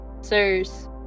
Sirs